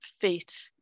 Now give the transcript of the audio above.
fit